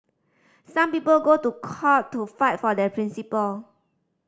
some people go to court to fight for their principle